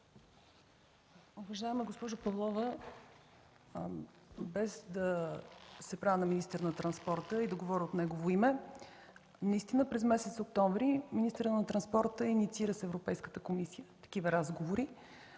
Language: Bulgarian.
Уважаема госпожо Павлова, без да се правя на министър на транспорта и да говоря от негово име, през месец октомври министърът на транспорта инициира с Европейската комисия такива разговори.